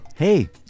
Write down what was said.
Hey